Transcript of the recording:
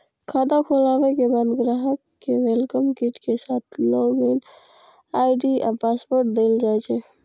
खाता खोलाबे के बाद ग्राहक कें वेलकम किट के साथ लॉग इन आई.डी आ पासवर्ड देल जाइ छै